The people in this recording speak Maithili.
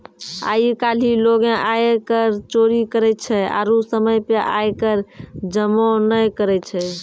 आइ काल्हि लोगें आयकर चोरी करै छै आरु समय पे आय कर जमो नै करै छै